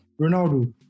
Ronaldo